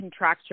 contracture